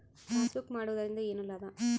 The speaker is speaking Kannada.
ಪಾಸ್ಬುಕ್ ಮಾಡುದರಿಂದ ಏನು ಲಾಭ?